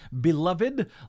beloved